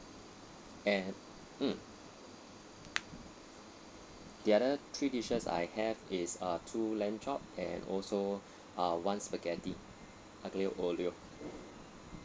and mm the other three dishes I have is uh two lamb chop and also uh once spaghetti aglio olio